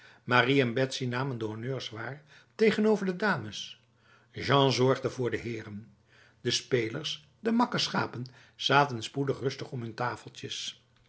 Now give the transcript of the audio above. en betsy namen de honneurs waar tegenover de dames jean zorgde voor de heren de spelers de makke schapen zaten spoedig rustig om hun tafeltjes